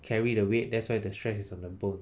carry the weight that's why the stress is on the bone